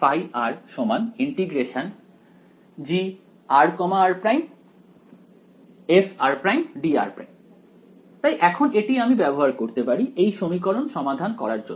ϕ ∫gr r′fr′dr′ তাই এখন এটি আমি ব্যবহার করতে পারি এই সমীকরণ সমাধান করার জন্য